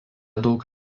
daug